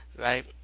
right